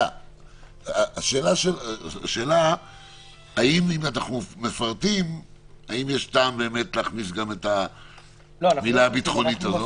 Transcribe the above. השאלה האם כאשר אנחנו מפרטים יש טעם להכניס גם את המילה הביטחונית הזאת.